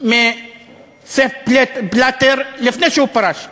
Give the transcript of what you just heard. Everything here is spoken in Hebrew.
תשובה מספ בלאטר לפני שהוא פרש,